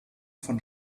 von